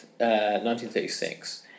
1936